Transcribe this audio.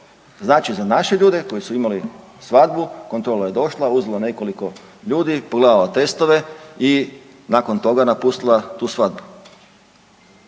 Znači za naše ljude koji su imali svadbu, kontrola je došla, uzela nekoliko ljudi, pogledala testove i nakon toga napustila tu svadbu.